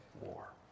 war